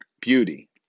beauty